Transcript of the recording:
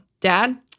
dad